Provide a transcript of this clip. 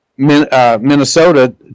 minnesota